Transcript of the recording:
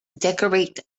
decorate